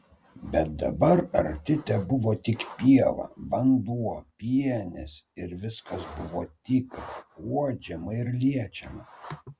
bet dabar arti tebuvo tik pieva vanduo pienės ir viskas buvo tikra uodžiama ir liečiama